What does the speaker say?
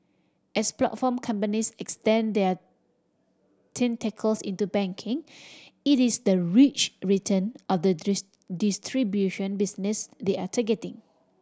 as platform companies extend their tentacles into banking it is the rich return of the distribution business they are targeting